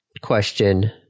question